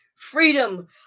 Freedom